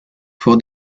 for